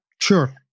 Sure